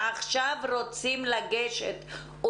אתה יכול עכשיו לתת לנו כמה שאפשר תשובות לשלל הנושאים